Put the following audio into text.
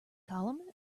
column